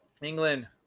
England